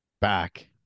Back